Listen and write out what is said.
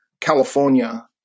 California